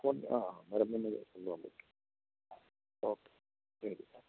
ഉണ്ട് ആ വരുന്നുണ്ടെങ്കിൽ കൊണ്ടുവാൻ പറ്റും ഓക്കെ ശരി